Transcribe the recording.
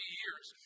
years